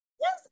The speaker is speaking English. Yes